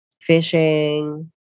fishing